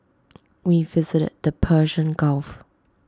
we visited the Persian gulf